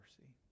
mercy